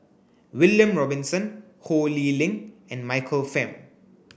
William Robinson Ho Lee Ling and Michael Fam